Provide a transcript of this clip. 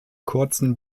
kurzen